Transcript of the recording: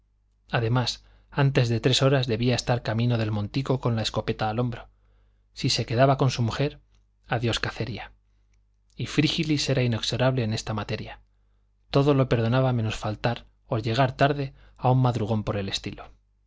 además antes de tres horas debía estar camino del montico con la escopeta al hombro si se quedaba con su mujer adiós cacería y frígilis era inexorable en esta materia todo lo perdonaba menos faltar o llegar tarde a un madrugón por el estilo